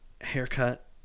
haircut